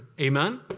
Amen